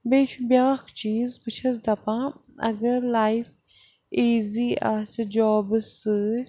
بیٚیہِ چھُ بیٛاکھ چیٖز بہٕ چھَس دَپان اگر لایف ایٖزی آسہِ جابہٕ سۭتۍ